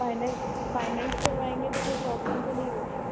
finance finance करवाएँगे तो कोई प्रॉब्लम तो नहीं होगी